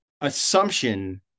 assumption